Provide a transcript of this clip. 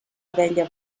abella